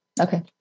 Okay